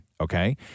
okay